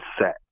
set